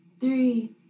three